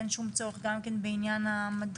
אין שום צורך גם כן בעניין המדריך.